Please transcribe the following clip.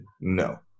No